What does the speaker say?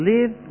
Live